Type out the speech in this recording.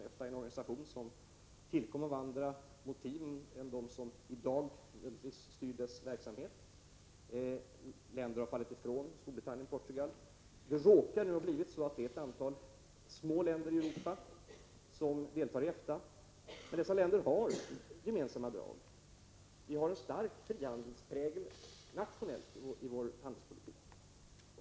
EFTA är en organisation som tillkom av andra motiv än de som i dag delvis styr dess verksamhet. Länder har fallit ifrån: Storbritannien och Portugal. Det har blivit så att det nu är ett antal små länder i Europa som deltar i EFTA. Dessa länder har gemensamma drag. Vi har i dessa länder en stark frihandelsprägel i vår handelspolitik, nationellt sett.